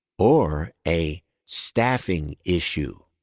or a staffing issue.